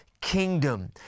kingdom